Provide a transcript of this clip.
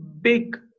big